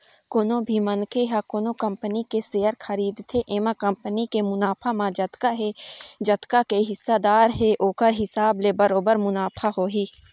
कोनो भी मनखे ह कोनो कंपनी के सेयर खरीदथे एमा कंपनी के मुनाफा म जतका के हिस्सादार हे ओखर हिसाब ले बरोबर मुनाफा होही